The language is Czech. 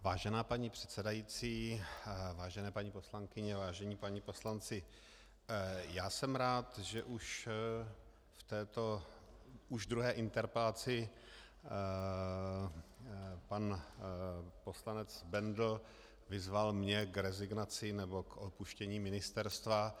Vážená paní předsedající, vážené paní poslankyně, vážení páni poslanci, jsem rád, že už v této, už v druhé interpelaci pan poslanec Bendl mě vyzval k rezignaci nebo k opuštění ministerstva.